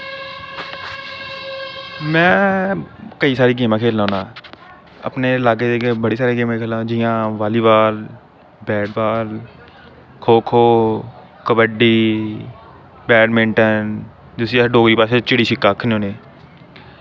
में केईं सारी गेमां खेलना होन्ना अपने लागै दी बड़ी सारी गेमां खेलना होन्ना जियां volleyball bat ball kho kho kabaddi badminton जिसी अस डोगरी भाशा च चिड़ी छिक्का आखने होन्ने